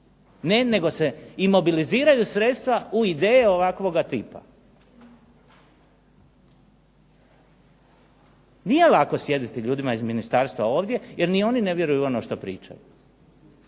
Ne, nego se imobiliziraju sredstva u ideje ovakvoga tipa. Nije lako sjediti ljudima iz ministarstva ovdje, jer ni oni ne vjeruju u ono što pričaju.